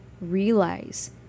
realize